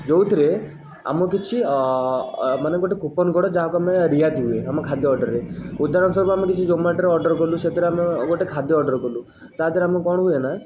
ଯେଉଁଥିରେ ଆମକୁ କିଛି ମାନେ ଗୋଟେ କୁପନ୍ କୋଡ଼ ଯାହାକୁ ଆମେ ରିହାତି ହୁଏ ଆମ ଖାଦ୍ୟ ଅର୍ଡ଼ରରେ ଉଦାହରଣସ୍ୱରୁପ ଆମେ କିଛି ଜୋମାଟୋରେ ଅର୍ଡ଼ର କଲୁ ସେଥିରେ ଆମେ ଗୋଟେ ଖାଦ୍ୟ ଅର୍ଡ଼ର କଲୁ ତା' ଦେହରେ ଆମକୁ କ'ଣ ହୁଏ ନା